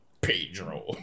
Pedro